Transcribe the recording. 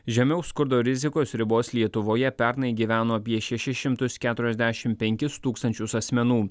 žemiau skurdo rizikos ribos lietuvoje pernai gyveno apie šešis šimtus keturiasdešimt penkis tūkstančius asmenų